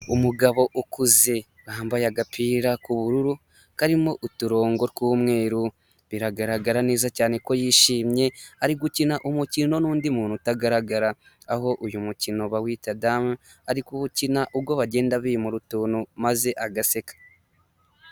Umugabo ukuze wambaye agapira k'ubururu karimo uturongo tw'umweru biragaragara neza cyane ko yishimye ari gukina umukino n'undi muntu utagaragara aho uyu mukino bawita damu arikuwukina ubwo bagenda bimura utuntu maze agaseka.